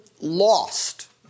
lost